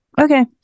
Okay